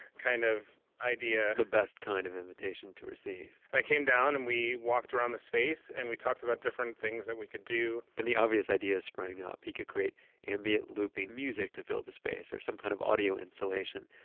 kind of idea the best kind of invitation to receive i came down and we walked around the space and we talked about different things that we could do and the obvious idea sprang up. he could create ambient, looping music to fill the space or some kind of audio installation.